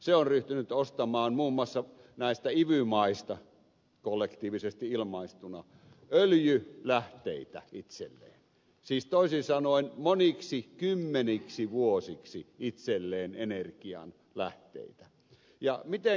se on ryhtynyt ostamaan muun muassa näistä ivy maista kollektiivisesti ilmaistuna öljylähteitä itselleen siis toisin sanoen moniksi kymmeniksi vuosiksi itselleen energianlähteitä ja ne on käteisellä vielä maksettu kaikki tämä on olennainen asia